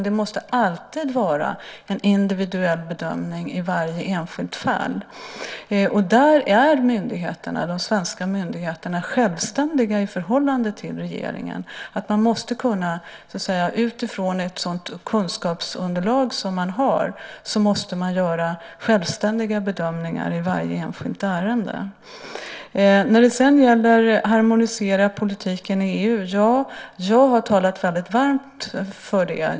Det måste alltid vara en individuell bedömning i varje enskilt fall, och där är de svenska myndigheterna självständiga i förhållande till regeringen. Utifrån ett sådant kunskapsunderlag som man har måste man göra självständiga bedömningar i varje enskilt ärende. Sedan gäller det harmonisering av politiken i EU. Ja, jag har talat väldigt varmt för det.